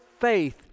faith